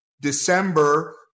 December